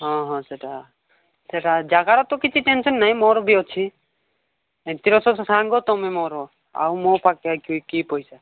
ହଁ ହଁ ସେଟା ସେଟା ଜାଗାର ତ କିଛି ଟେନସନ୍ ନାହିଁ ମୋର ବି ଅଛି ସାଙ୍ଗ ତମେ ମୋର ଆଉ ମୋ ପାଖେ କି କି ପଇସା